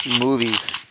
movies